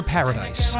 Paradise